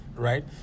right